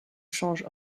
change